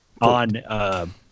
on, –